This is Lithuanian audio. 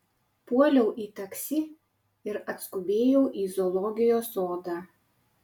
puoliau į taksi ir atskubėjau į zoologijos sodą